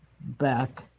back